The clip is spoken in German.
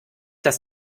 das